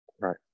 Right